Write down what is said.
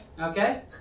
Okay